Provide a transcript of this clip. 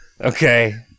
okay